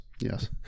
Yes